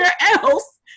else